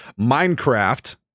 Minecraft